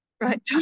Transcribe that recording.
right